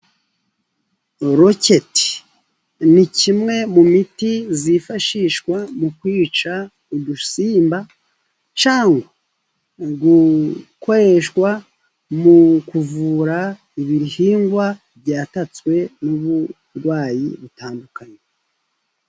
Roketi ni kimwe mu miti yifashishwa mu kwica udusimba, cyangwa gukoreshwa mu kuvura ibihingwa byatatswe n'uburwayi butandukanye.